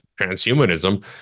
transhumanism